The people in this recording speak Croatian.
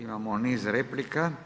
Imamo niz replika.